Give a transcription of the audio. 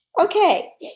okay